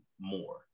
more